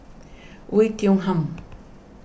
Oei Tiong Ham